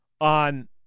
on